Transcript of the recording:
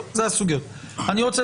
אלה הסוגיות.